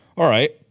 alright,